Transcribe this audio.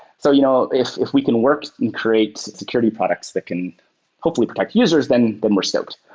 so you know if if we can work and create security products that can hopefully protect users, then then we're stoked.